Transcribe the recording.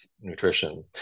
nutrition